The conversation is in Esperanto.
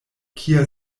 kia